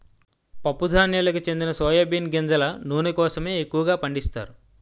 పప్పు ధాన్యాలకు చెందిన సోయా బీన్ గింజల నూనె కోసమే ఎక్కువగా పండిస్తారు